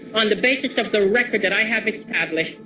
on the basis of the record that i have established,